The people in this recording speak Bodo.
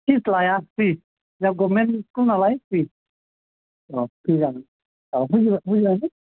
फिस लाया फ्रि जोंना गभमेन्ट स्कुल नालाय फ्रि औ फ्रि जागोन औ बुजिबाय ना